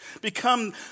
become